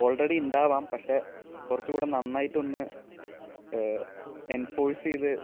already ഉണ്ടാവാം പക്ഷെ കുറച്ചുകൂടെ നന്നായിട്ടൊന്ന് എൻഫോഴ്സ് ചെയ്ത്